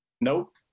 Nope